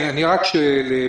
אני רק שואל.